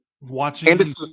Watching